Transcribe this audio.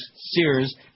Sears